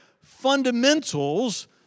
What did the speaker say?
fundamentals